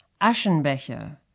Aschenbecher